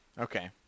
Okay